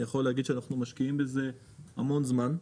אנחנו משקיעים בזה המון זמן,